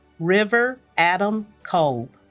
river adam kolb